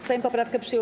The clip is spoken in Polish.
Sejm poprawkę przyjął.